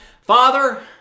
Father